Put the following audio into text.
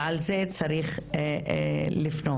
ועל זה צריך לפנות.